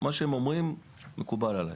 מה שהם אומרים מקובל עליי.